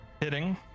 hitting